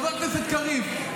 חבר הכנסת קריב,